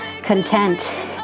content